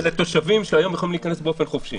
זה לתושבים שהיום יכולים להיכנס באופן חופשי.